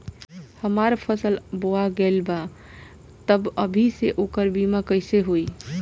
हमार फसल बोवा गएल बा तब अभी से ओकर बीमा कइसे होई?